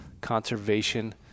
Conservation